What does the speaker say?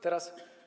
Teraz.